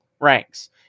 ranks